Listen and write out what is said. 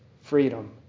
freedom